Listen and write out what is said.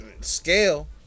scale